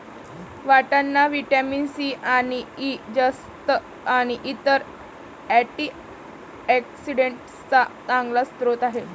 वाटाणा vitamin C आणि E, जस्त आणि इतर अँटीऑक्सिडेंट्सचा चांगला स्रोत आहे